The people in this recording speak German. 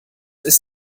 ist